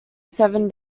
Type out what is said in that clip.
seven